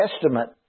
Testament